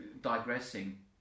digressing